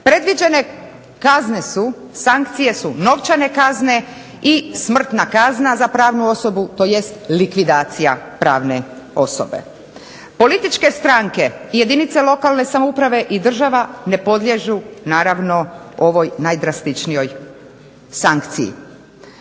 Predviđene kazne su sankcije su novčane kazne i smrtna kazna za pravnu osobu tj. likvidacija pravne osobe. Političke stranke i jedinca lokalne samouprave i država ne podliježu naravno ovoj najdrastičnijoj sankciji.